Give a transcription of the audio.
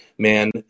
man